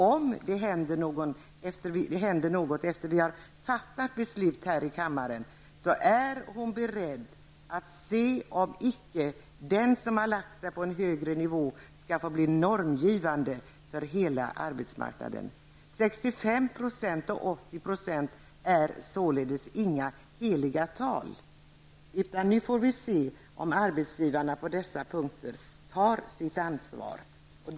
Om det händer något efter det att vi har fattat beslut här i kammaren är hon beredd att se om icke den som har lagt sig på en högre nivå skall få bli normgivande för hela arbetsmarknaden. 65 % och 80 % är således inga heliga tal, utan nu får vi se om arbetsgivarna tar sitt ansvar på dessa punkter.